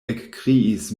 ekkriis